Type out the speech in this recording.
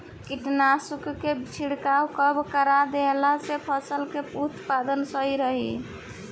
कीटनाशक के छिड़काव कब करवा देला से फसल के उत्पादन सही रही?